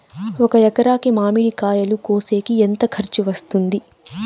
ఒక ఎకరాకి మామిడి కాయలు కోసేకి ఎంత ఖర్చు వస్తుంది?